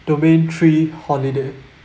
domain three holiday